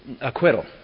Acquittal